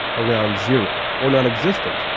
around zero, or non-existent,